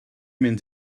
mynd